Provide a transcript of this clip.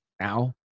now